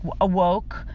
awoke